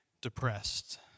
depressed